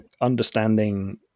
understanding